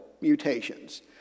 mutations